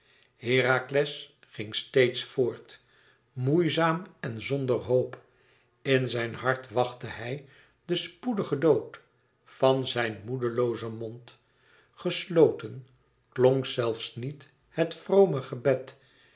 herakles ging steeds voort moeizaam en zonder hoop in zijn hart wachtte hij den spoedigen dood van zijn moedloozen mond gesloten klonk zelfs niet het vrome gebed